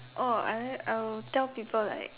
oh I I will tell people like